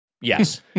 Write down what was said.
Yes